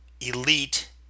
elite